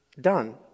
done